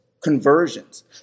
conversions